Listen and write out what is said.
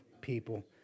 people